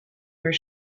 where